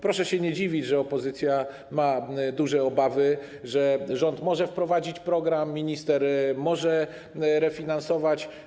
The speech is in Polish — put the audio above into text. Proszę się nie dziwić, że opozycja ma duże obawy, że rząd może wprowadzić program, minister może refinansować.